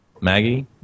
Maggie